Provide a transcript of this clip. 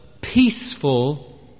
peaceful